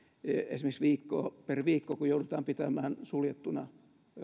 esimerkiksi per viikko kun joudutaan pitämään suljettuna